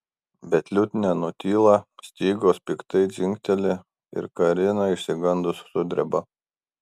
bet liutnia nutyla stygos piktai dzingteli ir karina išsigandus sudreba